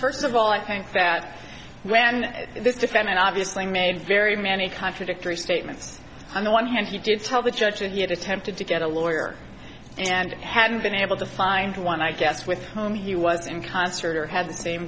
first of all i think that when this defendant obviously made very many contradictory statements on the one hand he did tell the judge and he had attempted to get a lawyer and hadn't been able to find one i guess with home he was in concert or had the same